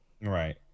right